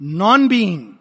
non-being